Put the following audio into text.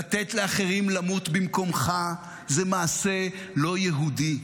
לתת לאחרים למות במקומך זה מעשה לא יהודי.